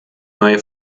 neue